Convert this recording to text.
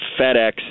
FedEx